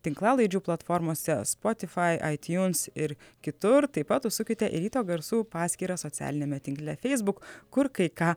tinklalaidžių platformose spotifai aitiuns ir kitur taip pat užsukite į ryto garsų paskyrą socialiniame tinkle feisbuk kur kai ką